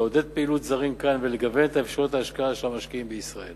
לעודד פעילות זרים כאן ולגוון את אפשרויות ההשקעה של המשקיעים בישראל.